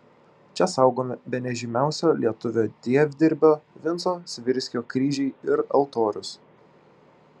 čia saugomi bene žymiausio lietuvių dievdirbio vinco svirskio kryžiai ir altorius